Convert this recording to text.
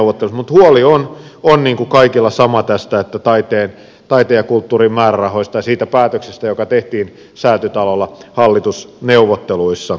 mutta huoli on kaikilla sama taiteen ja kulttuurin määrärahoista ja siitä päätöksestä joka tehtiin säätytalolla hallitusneuvotteluissa